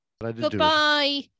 Goodbye